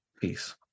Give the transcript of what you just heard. Peace